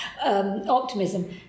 optimism